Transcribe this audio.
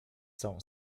całą